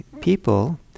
people